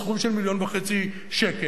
סכום של מיליון וחצי שקל,